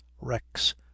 rex